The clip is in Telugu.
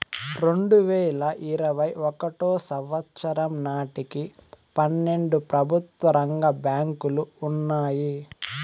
రెండువేల ఇరవై ఒకటో సంవచ్చరం నాటికి పన్నెండు ప్రభుత్వ రంగ బ్యాంకులు ఉన్నాయి